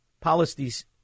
policies